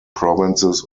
provinces